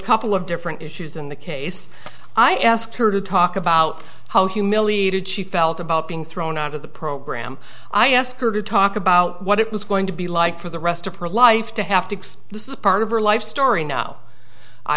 couple of different issues in the case i asked her to talk about how humiliated she felt about being thrown out of the program i asked her to talk about what it was going to be like for the rest of her life to have to this is part of her life story now i